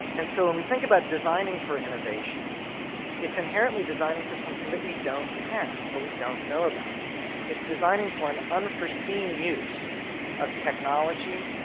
and so when we think about designing for innovation it's inherently designing for something that we don't have or we don't know about it's designing for an unforeseen use of technology,